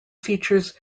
features